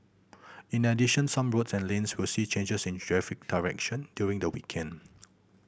in addition some roads and lanes will see changes in traffic direction during the weekend